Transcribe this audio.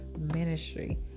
ministry